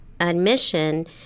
admission